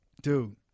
dude